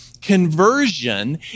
conversion